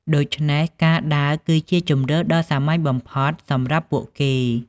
ដូច្នេះការដើរគឺជាជម្រើសដ៏សាមញ្ញបំផុតសម្រាប់ពួកគេ។